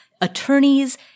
attorneys